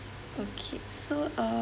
okay so uh